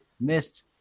missed